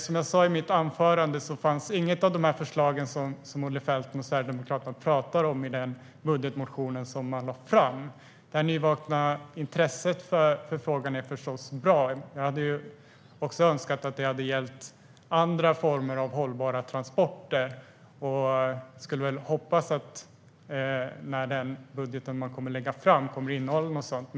Som jag sa i mitt anförande fanns inget av de förslag som Olle Felten från Sverigedemokraterna talar om i den budgetmotion som de lade fram. Det nyvakna intresset för frågan är förstås bra. Jag hade önskat att det också skulle ha gällt andra former av hållbara transporter, och jag hoppas att den budget som Sverigedemokraterna kommer att lägga fram innehåller något sådant.